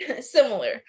Similar